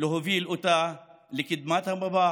להוביל אותה לקדמת הבמה